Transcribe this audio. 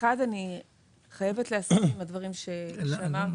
אני חייבת להסביר כמה דברים שאמרת.